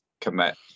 commit